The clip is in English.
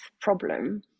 problem